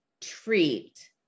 treat